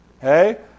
Hey